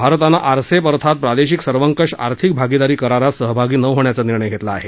भारतानं आरसेप अर्थात प्रादेशिक सर्वकष आर्थिक भागिदारी करारात सहभागी न होण्याचा निर्णय घेतला आहे